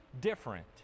different